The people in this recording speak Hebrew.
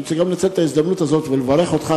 אני רוצה גם לנצל את ההזדמנות הזאת ולברך אותך,